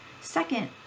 second